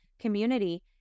community